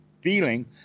feeling